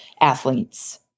athletes